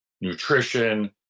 nutrition